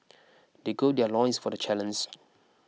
they gird their loins for the challenge